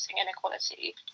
inequality